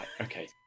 Okay